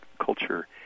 culture